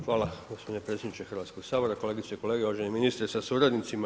Hvala gospodine predsjedniče Hrvatskog sabora, kolegice i kolege, uvaženi ministre sa suradnicima.